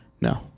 No